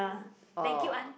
or